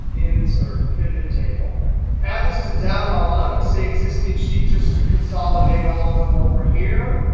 insert, pivottable. add this to data model i'm going to say existing sheet just to consolidate all of them over here.